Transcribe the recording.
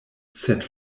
sed